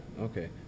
okay